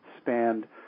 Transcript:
spanned